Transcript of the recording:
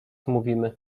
mówimy